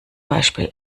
beispiel